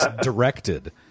directed